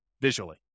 visually